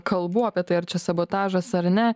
kalbų apie tai ar čia sabotažas ar ne